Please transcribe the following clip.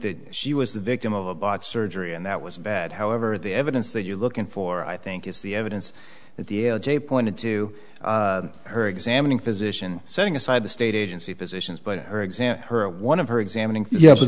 that she was the victim of a botched surgery and that was bad however the evidence that you're looking for i think is the evidence that the j pointed to her examining physician setting aside the state agency physicians but her examine her one of her examining ye